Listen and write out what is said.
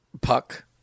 Puck